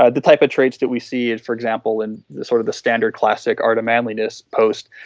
ah the type of traits that we see and for example in sort of the standard classic or the manliness post.